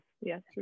yes